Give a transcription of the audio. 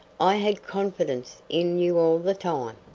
i had confidence in you all the time.